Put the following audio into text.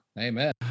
amen